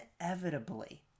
inevitably